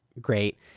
great